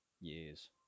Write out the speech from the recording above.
years